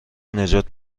نجات